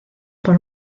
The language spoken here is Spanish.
por